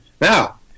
Now